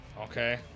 Okay